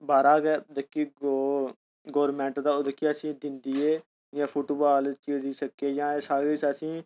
बाह्रा दा गवर्नमैंट जेह्की असें गी दिंदीं ऐ फुटबाल चिडी छिके जां सारा किश असें गी